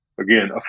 again